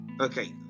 Okay